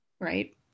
right